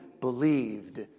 believed